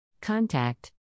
Contact